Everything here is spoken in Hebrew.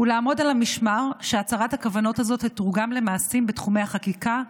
הוא לעמוד על המשמר שהצהרת הכוונות הזאת תתורגם למעשים בתחומי החקיקה,